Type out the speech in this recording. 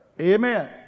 Amen